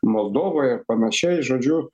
moldovoje ir panašiai žodžiu